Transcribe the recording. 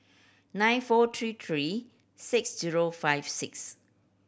nine four three three six zero five six